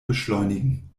beschleunigen